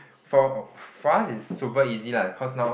for for us is super easy lah cause now